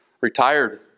Retired